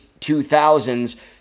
2000s